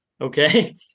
Okay